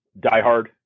diehard